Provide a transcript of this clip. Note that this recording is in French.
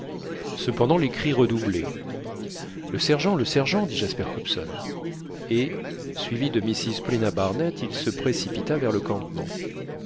cependant les cris redoublaient le sergent le sergent dit jasper hobson et suivi de mrs paulina barnett il se précipita vers le campement